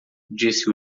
disse